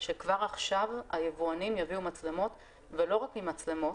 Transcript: שכבר עכשיו היבואנים יביאו מצלמות ולא רק עם מצלמות,